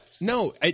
No